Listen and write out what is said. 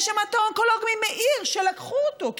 יש המטו-אונקולוג שלקחו אותו ממאיר,